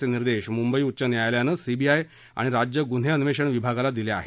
असं निर्देश मुंबई उच्च न्यायालयानं सीबीआय आणि राज्य गुन्हे अन्वेषण विभागाला दिले आहेत